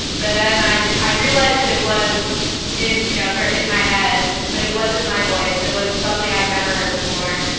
but then i i realized it was in you know so in my head, but it wasn't my voice, it was something i've never heard before.